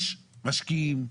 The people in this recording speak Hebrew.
יש משקיעים,